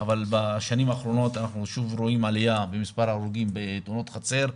אבל בשנים האחרונות אנחנו שוב רואים עליה במספר ההרוגים בתאונות חצר,